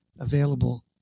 available